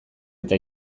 eta